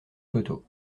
photo